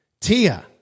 Tia